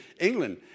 England